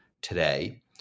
today